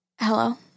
Hello